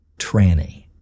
tranny